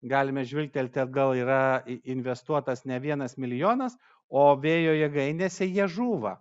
galime žvilgtelti atgal yra investuotas ne vienas milijonas o vėjo jėgainėse jie žūva